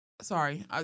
Sorry